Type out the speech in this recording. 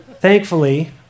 Thankfully